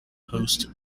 host